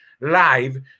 live